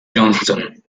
johnston